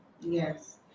Yes